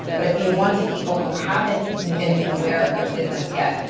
but if you wanted people who haven't been made aware of your business yet,